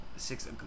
Six